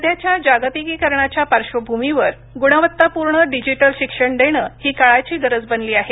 सध्याच्या जागतिकीकरणाच्या पार्श्र्वभूमीवर गुणवत्तापूर्ण डिजिटल शिक्षण देणं ही काळाची गरज बनली आहे